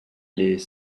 les